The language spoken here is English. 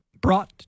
brought